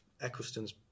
Eccleston's